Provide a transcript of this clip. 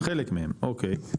חלק מהם אוקיי,